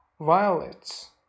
violets